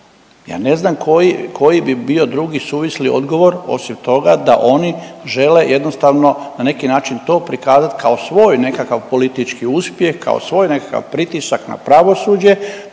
Ja ne znam koji bi bio drugi suvisli odgovor osim toga da oni žele jednostavno na neki način to prikazati kao svoj nekakav politički uspjeh, kao svoj nekakav pritisak na pravosuđe,